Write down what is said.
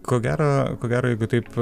ko gero ko gero jeigu taip